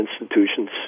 institutions